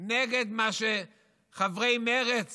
נגד מה שחברי מרצ